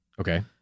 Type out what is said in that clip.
Okay